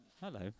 hello